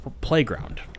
playground